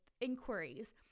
inquiries